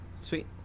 Sweet